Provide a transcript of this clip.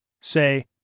say